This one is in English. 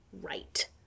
right